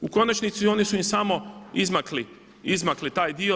U konačnici oni su im samo izmakli taj dio.